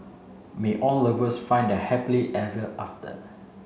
may all lovers find their happily ever after